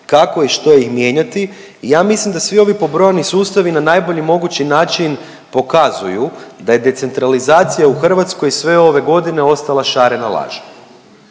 kako i što ih mijenjati, ja mislim da svi ovi pobrojani sustavi na najbolji mogući način pokazuju da je decentralizacija u Hrvatskoj sve ove godine ostala šarena laž.